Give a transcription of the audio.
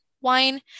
wine